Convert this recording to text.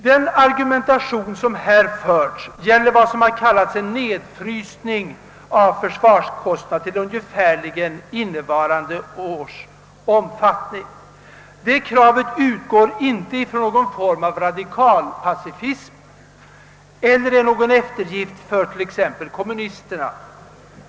Vad som här diskuteras är alltså en nedfrysning av försvarskostnaderna till ungefär innevarande års nivå. Det kravet utgår inte från någon form av radikalpacifism, och det är inte heller någon eftergift exempelvis för kommunisterna.